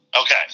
Okay